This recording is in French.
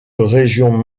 régions